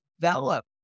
develop